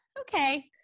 okay